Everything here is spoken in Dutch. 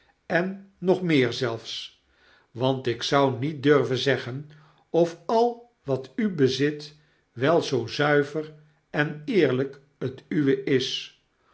en nog meer zelfs want ik zou niet durven zeggen of al wat u bezit wel zoo zuiver eerlyk het uwe is